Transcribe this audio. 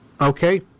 Okay